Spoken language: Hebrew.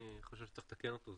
אני חושב שצריך לתקן אותו,